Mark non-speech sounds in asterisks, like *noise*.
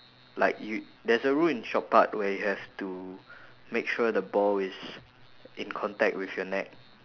like you there's a rule in shot put where you have to *breath* make sure the ball is in contact with your neck